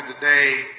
today